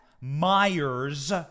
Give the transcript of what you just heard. Myers